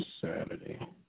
Saturday